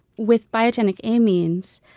with biogenic amines,